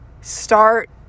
start